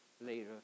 later